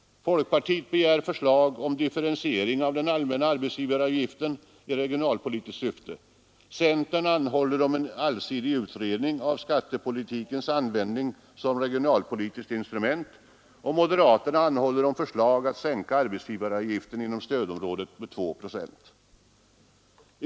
Folkpartiet begär förslag om en differentiering av den allmänna arbetsgivaravgiften i regionalpolitiskt syfte, centern anhåller om en allsidig utredning av skattepolitikens användning som regionalpolitiskt instrument, och moderaterna anhåller om förslag att sänka arbetsgivaravgiften inom stödområdet med 2 procent.